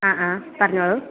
അ ആ പറഞ്ഞോളൂ